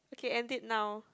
okay end it now